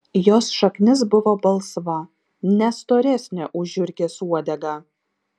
jos šaknis buvo balsva ne storesnė už žiurkės uodegą